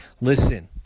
Listen